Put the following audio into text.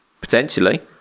Potentially